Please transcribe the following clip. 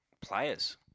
players